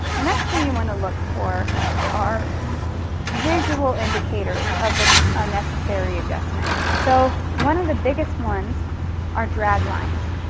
next thing you wanna look for are visual indicators of an unnecessary adjustment. so one of the biggest ones are draglines.